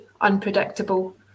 unpredictable